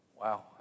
Wow